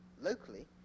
locally